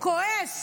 כועס.